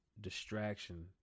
Distraction